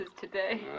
today